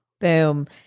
Boom